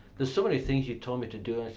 there's so many things you told me to do and